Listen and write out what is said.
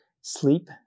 sleep